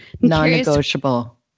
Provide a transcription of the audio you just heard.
Non-negotiable